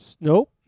Nope